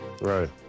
right